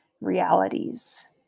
realities